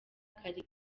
kari